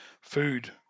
food